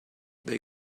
they